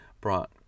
brought